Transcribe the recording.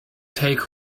take